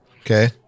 okay